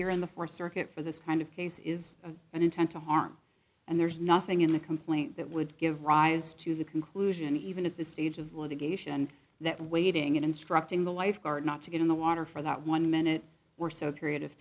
here in the th circuit for this kind of case is an intent to harm and there's nothing in the complaint that would give rise to the conclusion even at this stage of litigation that waiting in instructing the lifeguard not to get in the water for that one minute or so creative